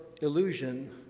illusion